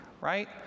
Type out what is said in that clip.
right